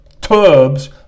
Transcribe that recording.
tubs